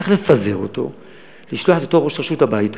צריך לפזר אותו ולשלוח את ראש הרשות הביתה.